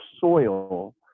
soil